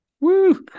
Woo